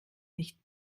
nicht